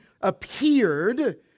appeared